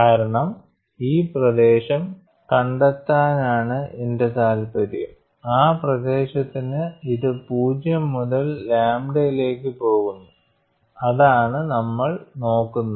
കാരണം ഈ പ്രദേശം കണ്ടെത്താനാണ് എന്റെ താൽപര്യം ആ പ്രദേശത്തിന് ഇത് 0 മുതൽ ലാംഡയിലേക്ക് പോകുന്നു അതാണ് നമ്മൾ നോക്കുന്നത്